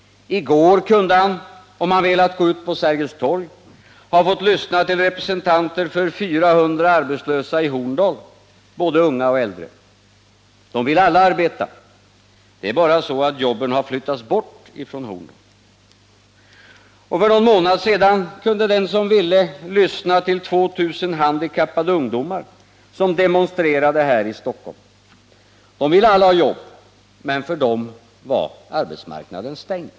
I går kunde han, om han velat gå ut på Sergels torg, ha fått lyssna till representanter för 400 arbetslösa i Horndal, både unga och äldre. De vill alla arbeta, det är bara så att jobben har flyttats bort från Horndal. Och för någon månad sedan kunde den som ville lyssna till 2000 handikappade ungdomar, som demonstrerade här i Stockholm. De ville alla ha jobb, men för dem var arbetsmarknaden stängd.